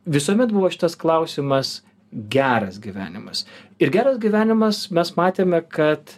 visuomet buvo šitas klausimas geras gyvenimas ir geras gyvenimas mes matėme kad